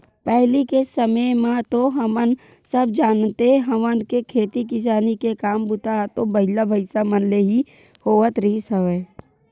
पहिली के समे म तो हमन सब जानते हवन के खेती किसानी के काम बूता ह तो बइला, भइसा मन ले ही होवत रिहिस हवय